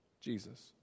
Jesus